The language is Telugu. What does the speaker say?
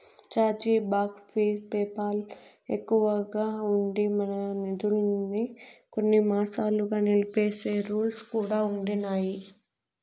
ఛార్జీ బాక్ ఫీజు పేపాల్ ఎక్కువగా ఉండి, మన నిదుల్మి కొన్ని మాసాలుగా నిలిపేసే రూల్స్ కూడా ఉండిన్నాయి